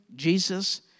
Jesus